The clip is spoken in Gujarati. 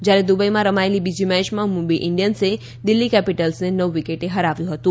જ્યારે દુબઈમાં રમાયેલી બીજી મેચમાં મુંબઈ ઈન્ડિયન્સે દિલ્હી કેપિટલ્સને નવ વિકેટે હરાવ્યું હતું